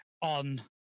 on